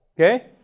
okay